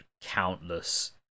countless